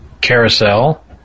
carousel